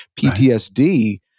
PTSD